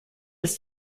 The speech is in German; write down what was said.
ist